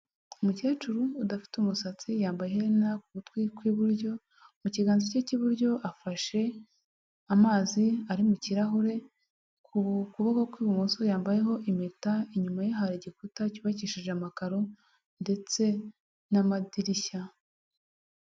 Umukecuru udafite umusatsi, yambaye iherena ku gutwi kw'iburyo, mu kiganza cye cy'iburyo afashe amazi ari mu kirahure, ku kuboko kw'ibumoso yambayeho impeta, inyuma ye hari igikuta cyubakishije amakaro ndetse n'amadirishya.